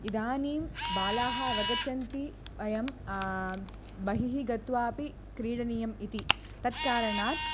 इदानीं बालाः अवगच्छन्ति अयं बहिः गत्वा अपि क्रीडनीयम् इति तत्कारणात्